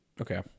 Okay